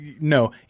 no